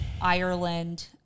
Ireland